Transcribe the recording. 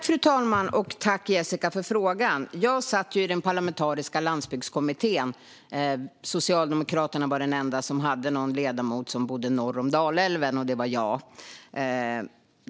Fru talman! Tack, Jessica, för frågan! Jag satt ju i den parlamentariska landsbygdskommittén. Socialdemokraterna var det enda parti som hade någon ledamot som bodde norr om Dalälven, och det var jag.